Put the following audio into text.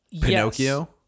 Pinocchio